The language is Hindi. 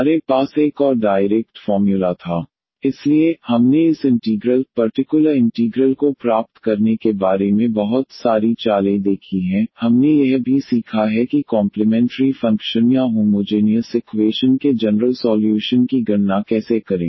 हमारे पास एक और डायरेक्ट फॉर्म्युला था 1fDeaxVeax1fDaV 1fDxVx1fV fDfD2V इसलिए हमने इस इंटीग्रल पर्टिकुलर इंटीग्रल को प्राप्त करने के बारे में बहुत सारी चालें देखी हैं हमने यह भी सीखा है कि कॉम्प्लिमेंटरी फंक्शन या होमोजेनियस इक्वेशन के जनरल सॉल्यूशन की गणना कैसे करें